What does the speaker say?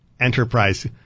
enterprise